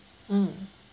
mm